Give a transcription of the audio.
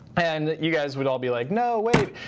and you guys would all be like, no, wait.